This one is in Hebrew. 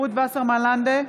רות וסרמן לנדה,